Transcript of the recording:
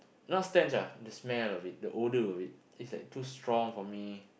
not stench ah the smell of it the odour of it it's like too strong for me